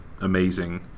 Amazing